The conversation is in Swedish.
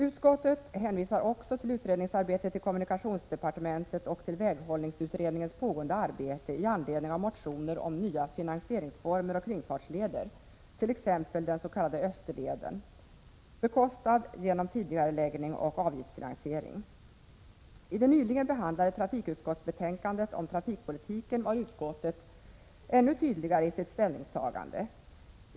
Utskottet hänvisar också till utredningsarbetet i kommunikationsdepartementet och till väghållningsutredningens pågående arbete i anledning av motioner om nya finansieringsformer och kringfartsleder, t.ex. den s.k. Österleden, som skulle bekostas genom avgiftsfinansiering. I det nyligen behandlade trafikutskottsbetänkandet om trafikpolitiken var utskottet mycket tydligt i sitt ställningstagande.